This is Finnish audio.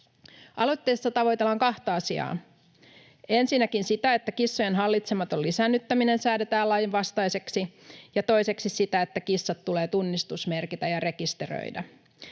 Aloitteessa tavoitellaan kahta asiaa: ensinnäkin sitä, että kissojen hallitsematon lisäännyttäminen säädetään lainvastaiseksi, ja toiseksi sitä, että kissat tulee tunnistusmerkitä ja rekisteröidä.